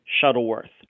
Shuttleworth